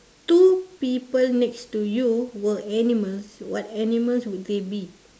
two people next to you were animals what animals would they be